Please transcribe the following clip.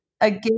again